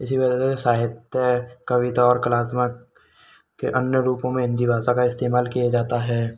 इसी साहित्य कविता और कलात्मक के अन्य रूपों में हिन्दी भाषा का इस्तेमाल किया जाता है